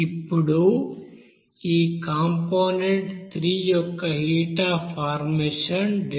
ఇప్పుడు ఈ కాంపోనెంట్ 3 యొక్క హీట్ అఫ్ ఫార్మేషన్ ΔHf